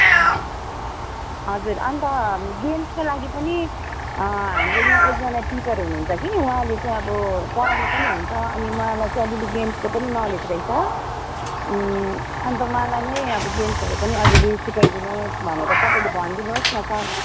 हजुर अन्त गेम्सको लागि पनि हाम्रो यहाँ एकजना टिचर हुनुहुन्छ कि उहाँले चाहिँअब पढाउनु पनि हुन्छ अनि उहाँलाई चाहिँ अलिअलि गेम्सको पनि नलेज रहेछ अन्त उहाँलाई नै अबो गेम्सहरू पनि अलिअलि सिकाइदिनु होस् भनेर तपाईँले भनिदिनु होस् न सर